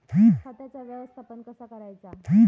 खताचा व्यवस्थापन कसा करायचा?